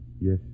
Yes